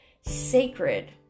sacred